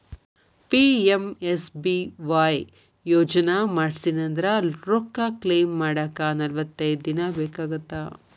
PMSBY Yojana ಮಾಡ್ಸಿನಂದ್ರ ರೊಕ್ಕ claim ಮಾಡಾಕ ನಲವತ್ತೈದ್ ದಿನ ಬೇಕಾಗತ್ತಾ